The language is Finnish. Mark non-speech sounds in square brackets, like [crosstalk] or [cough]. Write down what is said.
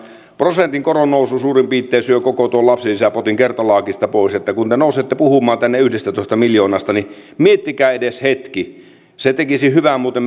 prosentin koronnousu suurin piirtein syö koko tuon lapsilisäpotin kertalaakista pois että kun te nousette puhumaan tänne yhdestätoista miljoonasta niin miettikää edes hetki se tekisi hyvää muuten [unintelligible]